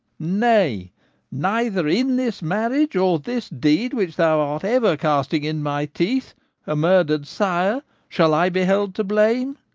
nay neither in this marriage or this deed which thou art ever casting in my teeth a murdered sire shall i be held to blame.